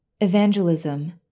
evangelism